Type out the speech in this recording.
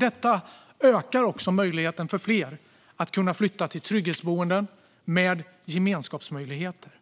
Detta ökar också möjligheten för fler att flytta till trygghetsboenden med gemenskapsmöjligheter.